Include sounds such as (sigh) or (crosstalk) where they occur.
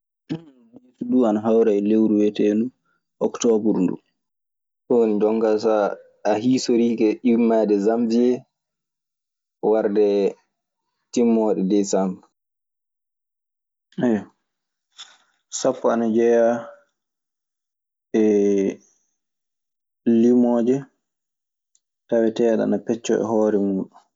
Diis duu ana hawra e lewru wiyeteendu Octoobru nduu. Ɗun woni jonkaa so a hiisorike immaade Sanwiee warde timmoode Deesambr. (hesitation) Sappo ana jeyaa e limooje taweteeɗe ana pecca e hoore muuɗun.